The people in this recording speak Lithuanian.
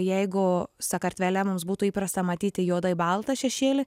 jeigu sakartvele mums būtų įprasta matyti juodai baltą šešėlį